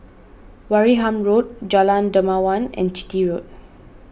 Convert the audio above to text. Wareham Road Jalan Dermawan and Chitty Road